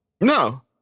No